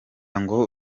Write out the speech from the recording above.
ngo